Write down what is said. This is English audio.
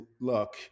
look